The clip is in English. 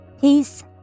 peace